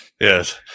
Yes